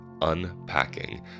unpacking